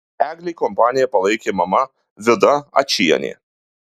eglei kompaniją palaikė mama vida ačienė